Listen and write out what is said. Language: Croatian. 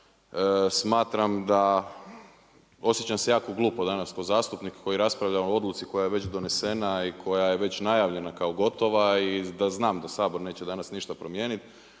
smatram da osjećam se jako glupo danas ko zastupnik koji raspravlja o odluci koja je već donesena i koja je već najavljena kao gotova i da znam da Sabor neće danas ništa promijeniti